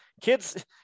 kids